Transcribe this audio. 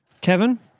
Kevin